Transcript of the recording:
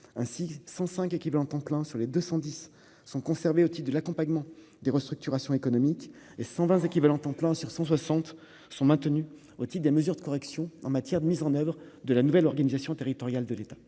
ainsi 105 équivalents temps plein sur les 210 sont conservées aussi de l'accompagnement des restructurations économiques et cent vingt équivalents temps plein sur 160 sont maintenus otite, des mesures de correction en matière de mise en oeuvre de la nouvelle organisation territoriale de l'État